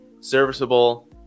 serviceable